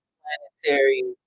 planetary